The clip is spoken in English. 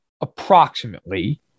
approximately